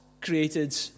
created